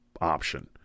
option